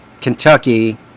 kentucky